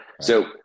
So-